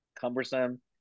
cumbersome